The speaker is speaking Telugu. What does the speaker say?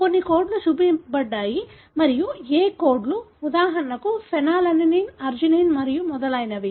కొన్ని కోడ్లు చూపబడ్డాయి మరియు ఏ కోడ్లు ఉదాహరణకు ఫెనిలాలనైన్ అర్జినిన్ మరియు మొదలైనవి